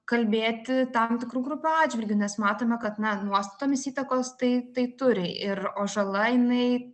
kalbėti tam tikrų grupių atžvilgiu nes matome kad na nuostatomis įtakos tai tai turi ir o žala jinai